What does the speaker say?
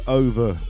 over